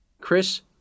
Chris